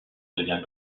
devient